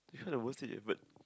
you heard of worst date